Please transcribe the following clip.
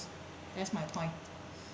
that's my point